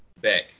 Back